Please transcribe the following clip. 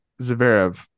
Zverev